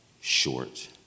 short